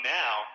now